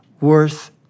worth